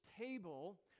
table